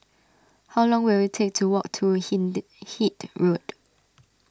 how long will it take to walk to Hindhede Road